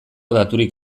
daturik